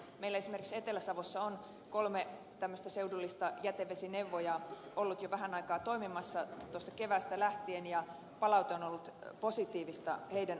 meillä esimerkiksi etelä savossa on kolme tämmöistä seudullista jätevesineuvojaa ollut jo vähän aikaa toimimassa tuosta keväästä lähtien ja palaute on ollut positiivista heidän osaltaan